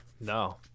No